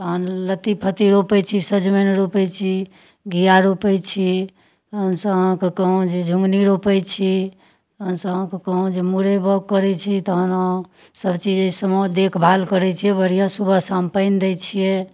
तहन लत्ती फत्ती रोपै छी सजमनि रोपै छी घिआ रोपै छी तहनसँ अहाँके कहौं जे झिङ्गुनी रोपै छी तहनसँ अहाँके कहौं जे मूरै बाउग करै छी तहन अहाँ सबचीज एहिसबमे देखभाल करै छी बढ़िआँ सुबह शाम पानि दै छिए